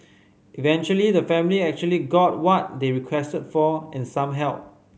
eventually the family actually got what they requested for and some help